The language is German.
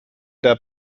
der